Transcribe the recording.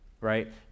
right